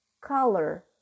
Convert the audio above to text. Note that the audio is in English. color